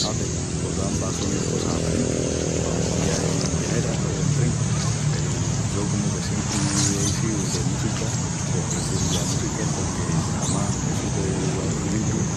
Ave, pos dambas sonin cosas aparentis pa un viagi en viajera o en tren peru yo comu de siempri ei síu de música pos prefieru la música porque, amás, essu del audiulibru,